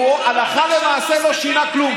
הלכה למעשה הוא לא שינה כלום,